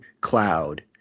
cloud